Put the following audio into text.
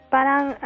Parang